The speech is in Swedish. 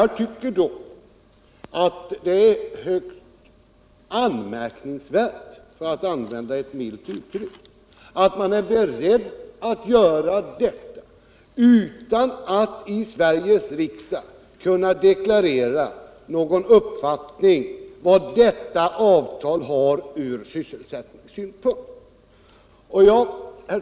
Jag tycker det är högst anmärkningsvärt — för att använda ett milt uttryck — att regeringen är beredd att göra detta utan att i Sveriges riksdag kunna deklarera någon uppfattning om vad detta avtal har att ge Sverige ur sysselsättningssynpunkt.